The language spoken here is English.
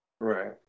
Right